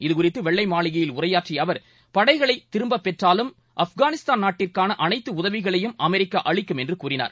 இதுகுறித்துவெள்ளைமாளிகையில் உரையாற்றியஅவர் படைகளைதிரும்பபெற்றாலும் ஆப்காளிஸ்தான் நாட்டிற்கானஅனைத்துஉதவிகளையும் அமெரிக்காஅளிக்கும் என்றுகூறினார்